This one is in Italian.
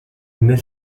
nel